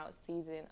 season